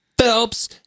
Phelps